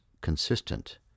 consistent